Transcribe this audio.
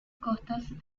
costas